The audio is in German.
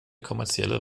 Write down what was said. kommerzielle